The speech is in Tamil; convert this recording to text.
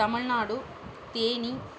தமிழ்நாடு தேனி